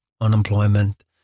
unemployment